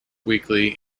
weekly